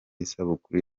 isabukuru